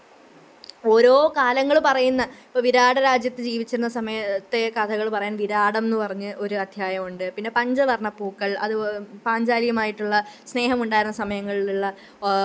ഓരോ കാലങ്ങള് പറയുന്ന ഇപ്പം വിരാട രാജ്യത്ത് ജീവിച്ചിരുന്ന സമയത്തെ കഥകള് പറയാൻ വിരാടം എന്ന് പറഞ്ഞ് ഒരദ്ധ്യായമുണ്ട് പിന്നെ പഞ്ചവർണ്ണപ്പൂക്കൾ അതുപോലെ പാഞ്ചാലിയുമായിട്ടുള്ള സ്നേഹമുണ്ടായിരുന്ന സമയങ്ങൾ ഉള്ള